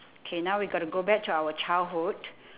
K now we gotta go back to our childhood